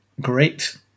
Great